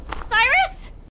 Cyrus